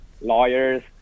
lawyers